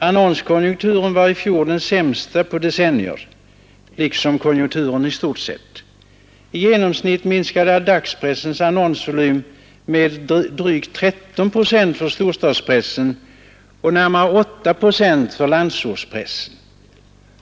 Annonskonjunkturen var i fjol den sämsta på decennier liksom konjunkturen i stort. I genomsnitt minskade dagspressens annonsvolym med drygt 13 procent för storstadspressen och närmare 8 procent för landsortspressen.